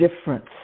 difference